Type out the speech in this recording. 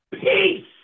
peace